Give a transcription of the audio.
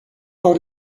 how